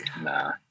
Nah